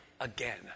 again